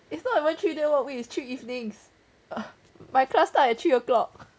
it's not even three day work week is three evenings my class start at three o clock